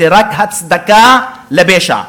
זה רק הצדקה לפשע.